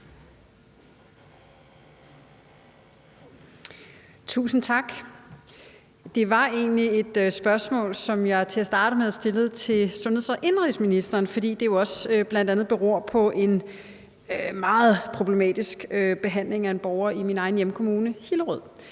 Tusind tak. Det var egentlig et spørgsmål, som jeg til at starte med stillede til indenrigs- og sundhedsministeren, fordi det jo også bl.a. beror på en meget problematisk behandling af en borger i min egen hjemkommune, Hillerød.